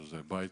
זה בית